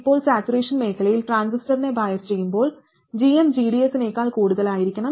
ഇപ്പോൾ സാച്ചുറേഷൻ മേഖലയിലെ ട്രാൻസിസ്റ്ററിനെ ബയസ് ചെയ്യുമ്പോൾ gm gds നേക്കാൾ കൂടുതലായിരിക്കാം